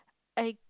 I